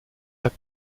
are